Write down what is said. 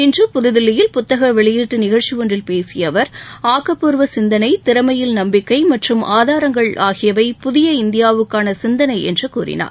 இன்று புதுதில்லியில் புத்தக வெளியீட்டு நிகழ்ச்சி ஒன்றில் பேசிய அவர் ஆக்கப்பூர்வ சிந்தனை நம்பிக்கை திறமையில் நம்பிக்கை மற்றும் ஆதாரங்கள் ஆகியவை புதிய இந்தியாவுக்காள சிந்தனை என்று கூறினார்